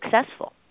successful